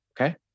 Okay